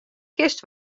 kinst